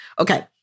Okay